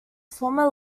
former